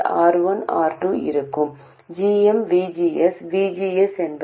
நான் செய்வது அதிலிருந்து சற்று வித்தியாசமானது